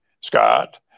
Scott